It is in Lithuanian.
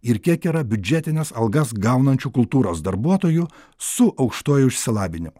ir kiek yra biudžetines algas gaunančių kultūros darbuotojų su aukštuoju išsilavinimu